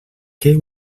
què